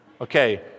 Okay